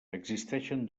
existeixen